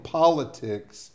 politics